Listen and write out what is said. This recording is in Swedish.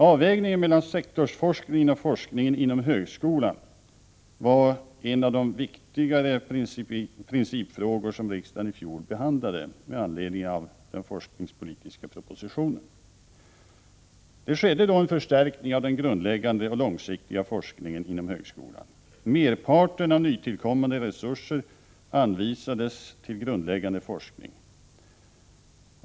Avvägningen mellan sektorsforskningen och forskningen inom högskolan var en av de viktigare principfrågor som riksdagen i fjol behandlade med anledning av den forskningspolitiska propositionen. Det skedde då en förstärkning av den grundläggande och långsiktiga forskningen inom högskolan. Merparten av nytillkommande resurser anvisades till grundläggande forskning.